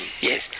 Yes